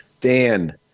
Dan